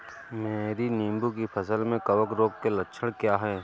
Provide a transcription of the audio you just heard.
मेरी नींबू की फसल में कवक रोग के लक्षण क्या है?